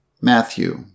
Matthew